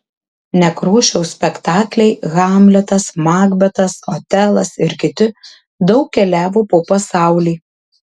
nekrošiaus spektakliai hamletas makbetas otelas ir kiti daug keliavo po pasaulį